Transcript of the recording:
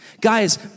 Guys